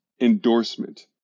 endorsement